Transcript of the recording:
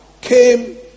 came